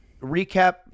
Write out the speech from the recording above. recap